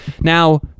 Now